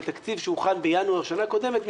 בתקציב שהוחל בינואר שנה קודמת,